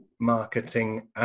marketing